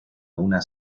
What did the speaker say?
una